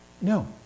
No